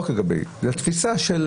זו תפיסה של